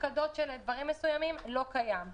הפקדות של דברים מסוימים לא קיים.